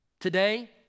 Today